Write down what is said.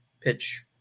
pitch